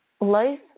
life